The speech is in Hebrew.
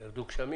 ירדו גשמים